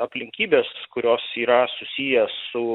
aplinkybės kurios yra susiję su